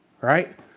right